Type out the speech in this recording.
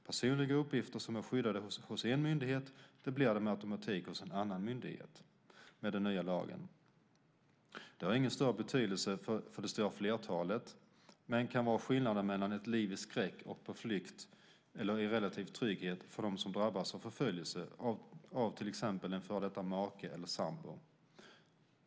Personliga uppgifter som är skyddade hos en myndighet blir det med automatik hos en annan myndighet med den nya lagen. Det har ingen större betydelse för det stora flertalet men kan vara skillnaden mellan ett liv i skräck och på flykt och ett liv i relativ trygghet för dem som drabbats av förföljelse av exempelvis en före detta make eller sambo.